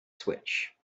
switch